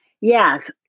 Yes